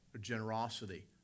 generosity